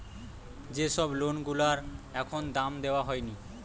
যে সব লোন গুলার এখনো দাম দেওয়া হয়নি